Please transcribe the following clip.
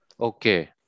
Okay